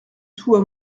tout